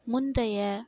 முந்தைய